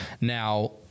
Now